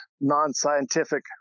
non-scientific